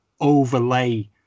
overlay